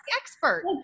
expert